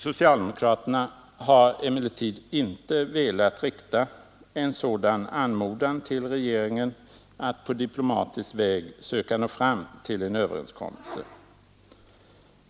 Socialdemokraterna har emellertid inte velat rikta en sådan anmodan till regeringen att på diplomatisk väg söka nå fram till en överenskommelse.